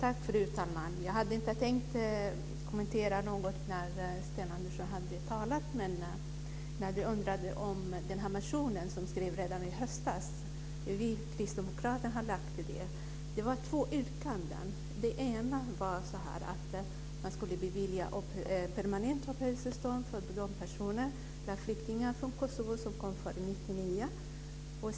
Fru talman! Jag hade inte tänkt kommentera något när Sten Andersson talade. Men när han undrade över den motion som vi kristdemokrater väckte redan i höstas vill jag förklara att det var två yrkanden. Det ena gick ut på att man skulle bevilja permanent uppehållstillstånd för de flyktingar från Kosovo som kom före 1999.